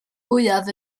fwyaf